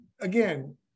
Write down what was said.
again